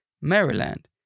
Maryland